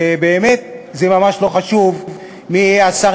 ובאמת זה ממש לא חשוב מי יהיה השר